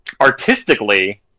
Artistically